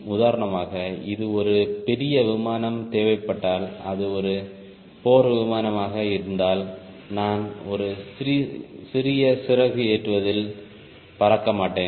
உதாரணமாக இது ஒரு பெரிய விமானம் தேவைப்பட்டால் அது ஒரு போர் விமானமாக இருந்தால் நான் ஒரு சிறிய சிறகு ஏற்றுவதில் பறக்க மாட்டேன்